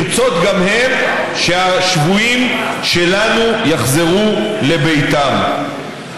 שירצו גם הם שהשבויים שלנו יחזרו לביתם.